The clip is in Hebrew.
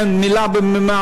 כן, מילה במילה.